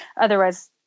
otherwise